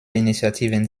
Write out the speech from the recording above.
initiativen